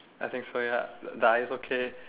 I think so ya but it's okay